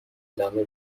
ادامه